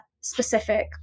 specific